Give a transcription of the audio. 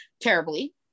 terribly